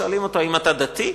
ושואלים אותו: האם אתה דתי?